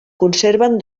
conserven